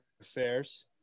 Affairs